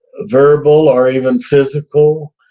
verbal or even physical.